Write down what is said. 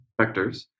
vectors